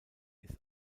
ist